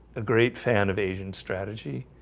ah great fan of asian strategy